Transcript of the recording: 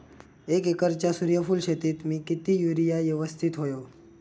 एक एकरच्या सूर्यफुल शेतीत मी किती युरिया यवस्तित व्हयो?